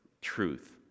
truth